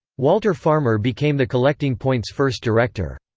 walter farmer became the collecting point's first director.